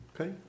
Okay